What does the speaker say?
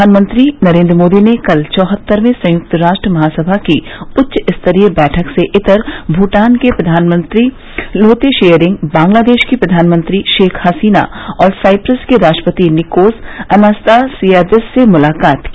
प्रधानमंत्री नरेन्द्र मोदी ने कल चौहत्तरवें संयुक्त राष्ट्र महासभा की उच्च स्तरीय बैठक से इतर भूटान के प्रधानमंत्री लोते शेयरिंग बांग्लादेश की प्रधानमंत्री शेख हसीना और साइप्रस के राष्ट्रपति निकोस अनास्तासियादिस से मुलाकात की